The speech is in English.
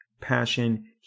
passion